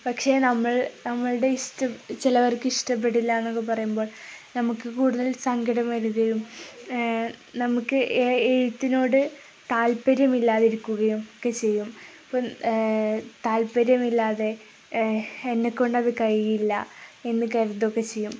പക്ഷെ നമ്മൾ നമ്മളുടെ ഇഷ്ടം ചിലവർക്ക് ഇഷ്ടപ്പെടില്ല എന്നൊക്കെ പറയുമ്പോൾ നമുക്കു കൂടുതൽ സങ്കടം വരുകയും നമുക്ക് എഴുത്തിനോടു താല്പര്യമില്ലാതിരിക്കുകയും ഒക്കെ ചെയ്യും അപ്പോള് താല്പര്യമില്ലാതെ എന്നെക്കൊണ്ടതു കഴിയില്ല എന്നു കരുതുകയൊക്കെ ചെയ്യും